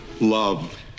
love